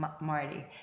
Marty